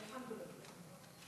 אלחמדולילה,